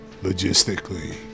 logistically